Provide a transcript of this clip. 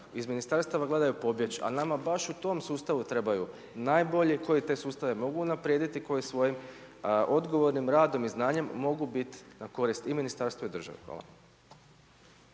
iz ministarstava gledaju pobjeći a nama baš u tom sustavu trebaju najbolji koji te sustave mogu unaprijediti koji svojim odgovornim radom i znanjem mogu biti na korist i ministarstvu i državi. Hvala.